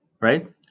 Right